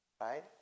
right